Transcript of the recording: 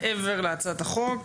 מעבר להצעת החוק.